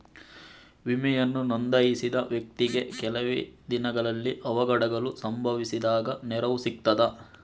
ವಿಮೆಯನ್ನು ನೋಂದಾಯಿಸಿದ ವ್ಯಕ್ತಿಗೆ ಕೆಲವೆ ದಿನಗಳಲ್ಲಿ ಅವಘಡಗಳು ಸಂಭವಿಸಿದಾಗ ನೆರವು ಸಿಗ್ತದ?